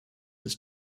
its